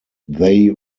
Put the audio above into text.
they